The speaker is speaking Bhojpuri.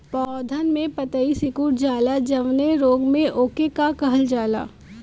पौधन के पतयी सीकुड़ जाला जवने रोग में वोके का कहल जाला?